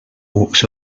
walks